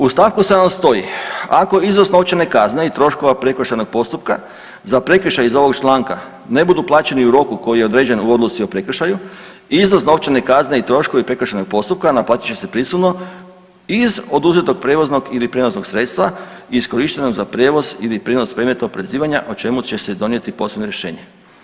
U članku 7. stoji ako iznos novčane kazne i troškova prekršajnog postupka za prekršaj iz ovog članka ne budu plaćeni u roku koji je određen u Odluci o prekršaju iznos novčane kazne i troškovi prekršajnog postupka naplatit će se prisilno iz oduzetog prijevoznog ili prijenosnog sredstva iskorištenog za prijevoz ili prijenos predmeta oporezivanja o čemu će se donijeti posebno rješenje.